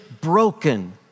broken